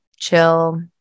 chill